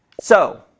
so,